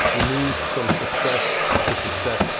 you move from success to success.